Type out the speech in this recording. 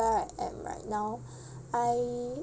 ~ere I am right now I